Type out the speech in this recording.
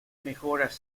mejoras